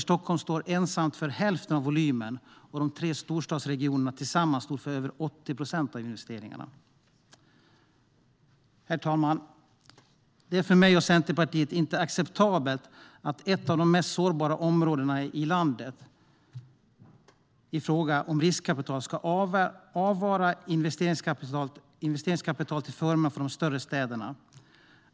Stockholm stod ensamt för hälften av volymen, och de tre storstadsregionerna tillsammans stod för över 80 procent av investeringarna. Herr talman! Det är för mig och Centerpartiet inte acceptabelt att ett av de mest sårbara områdena i landet i fråga om riskkapital ska avvara investeringskapital till förmån för de större städerna.